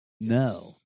No